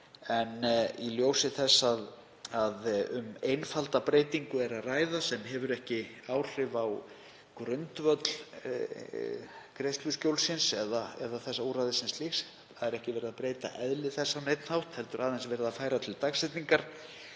En í ljósi þess að um einfalda breytingu er að ræða sem hefur ekki áhrif á grundvöll greiðsluskjólsins eða þessa úrræðis sem slíks, hér er ekki verið að breyta eðli þess á neinn hátt heldur aðeins verið að færa til dagsetningar,